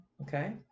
okay